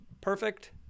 perfect